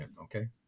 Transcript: Okay